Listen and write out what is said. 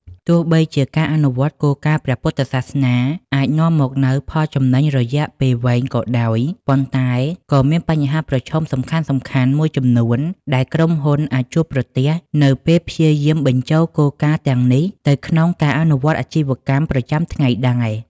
ទោះបីជាការអនុវត្តគោលការណ៍ព្រះពុទ្ធសាសនាអាចនាំមកនូវផលចំណេញរយៈពេលវែងក៏ដោយ ប៉ុន្តែក៏មានបញ្ហាប្រឈមសំខាន់ៗ មួយចំនួនដែលក្រុមហ៊ុនអាចជួបប្រទះនៅពេលព្យាយាមបញ្ចូលគោលការណ៍ទាំងនេះទៅក្នុងការអនុវត្តអាជីវកម្ម ប្រចាំថ្ងៃដែរ។